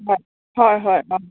হয় হয় হয় অঁ